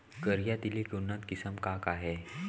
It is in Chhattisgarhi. करिया तिलि के उन्नत किसिम का का हे?